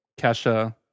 Kesha